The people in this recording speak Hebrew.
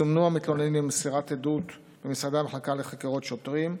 זומנו המתלוננים למסירת עדות במשרדי המחלקה לחקירות שוטרים,